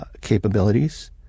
capabilities